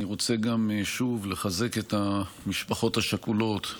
אני רוצה גם שוב לחזק את המשפחות השכולות,